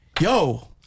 yo